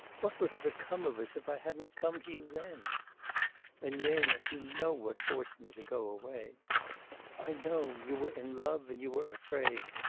what would have become of us, if i hadn't come to you then elena, you know what forced me to go away i know you were in love, and you were afraid.